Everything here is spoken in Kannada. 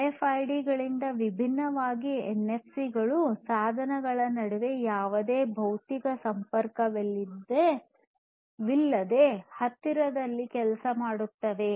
ಆರ್ಎಫ್ಐಡಿಗಳಿಗಿಂತ ಭಿನ್ನವಾಗಿ ಎನ್ಎಫ್ಸಿಗಳು ಸಾಧನಗಳ ನಡುವೆ ಯಾವುದೇ ಭೌತಿಕ ಸಂಪರ್ಕವಿಲ್ಲದೆ ಹತ್ತಿರದಲ್ಲಿ ಕೆಲಸ ಮಾಡುತ್ತವೆ